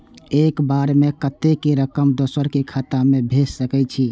एक बार में कतेक रकम दोसर के खाता में भेज सकेछी?